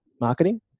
marketing